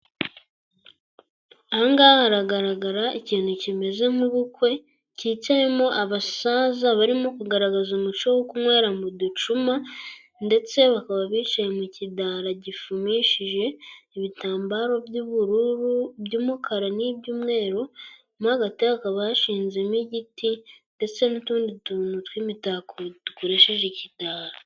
Aha ngaha hagaragara ikintu kimeze nk'ubukwe, kicayemo abasaza barimo kugaragaza umuco wo kunwera mu ducuma, ndetse bakaba bicaye mu kidara gifumishije ibitambaro by'ubururu, by'umukara, n'ibyumweru . Mo hagati hakaba hashinzemo igiti ndetse n'utundi tuntu tw'imitako dukoresheje ikidara.